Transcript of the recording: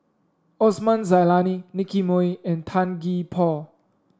Osman Zailani Nicky Moey and Tan Gee Paw